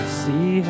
see